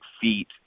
feet